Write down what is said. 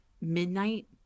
Midnight